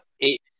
eight